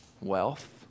wealth